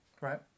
Right